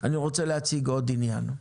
אני רוצה להציג עוד עניין.